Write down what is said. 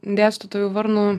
dėstytoju varnu